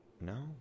No